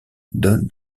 donne